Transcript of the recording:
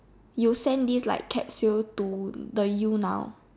you send this like capsule to the you now